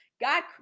God